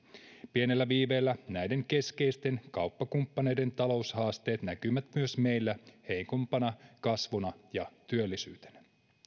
pienellä viiveellä näiden keskeisten kauppakumppaneiden taloushaasteet näkyvät myös meillä heikompana kasvuna ja työllisyytenä